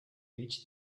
reach